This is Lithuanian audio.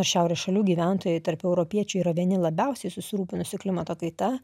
šiaurės šalių gyventojai tarp europiečių yra vieni labiausiai susirūpinusių klimato kaita